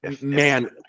Man